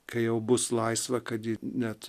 kai jau bus laisva kad ji net